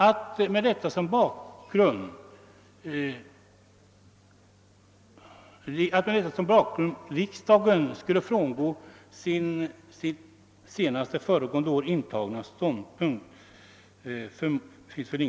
Mot denna bakgrund finns det väl ingen anledning att förmoda att riksdagen skulle frångå sin föregående år intagna ståndpunkt.